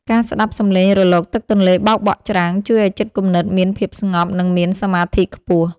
ការស្ដាប់សំឡេងរលកទឹកទន្លេបោកប៉ះច្រាំង ជួយឱ្យចិត្តគំនិតមានភាពស្ងប់ និងមានសមាធិខ្ពស់។